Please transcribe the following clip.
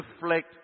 reflect